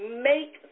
make